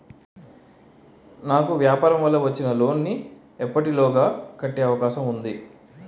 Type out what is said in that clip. నాకు వ్యాపార వల్ల వచ్చిన లోన్ నీ ఎప్పటిలోగా కట్టే అవకాశం ఉంది?